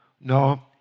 No